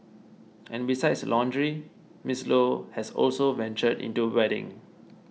and besides lingerie Miss Low has also ventured into wedding